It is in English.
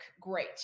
great